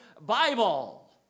Bible